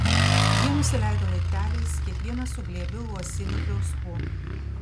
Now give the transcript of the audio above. jie nusileido laipteliais kiekvienas su glėbiu uosinių pliauskų